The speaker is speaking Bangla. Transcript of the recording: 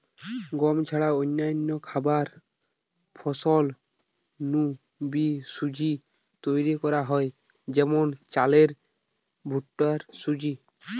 গম ছাড়া অন্যান্য খাবার ফসল নু বি সুজি তৈরি করা হয় যেমন চালের ভুট্টার সুজি